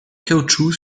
caoutchouc